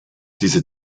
diese